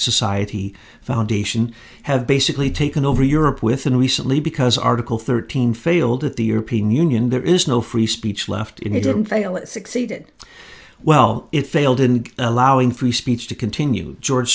society foundation have basically taken over europe within recently because article thirteen failed at the european union there is no free speech left in he didn't fail it succeeded well it failed in allowing free speech to continue george